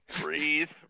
Breathe